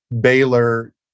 Baylor